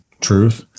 truth